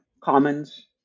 commons